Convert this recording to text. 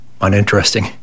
uninteresting